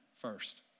first